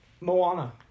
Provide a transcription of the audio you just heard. Moana